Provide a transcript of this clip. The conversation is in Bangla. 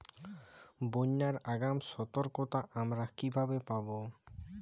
বন্যার আগাম সতর্কতা আমরা কিভাবে পাবো?